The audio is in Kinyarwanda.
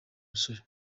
musore